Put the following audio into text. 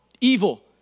evil